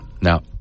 Now